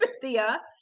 Cynthia